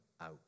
out